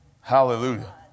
Hallelujah